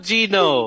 Gino